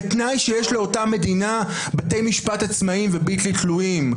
בתנאי שיש לאותה מדינה בתי משפט עצמאיים ובלתי תלויים.